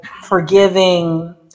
forgiving